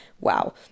wow